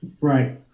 Right